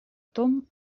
том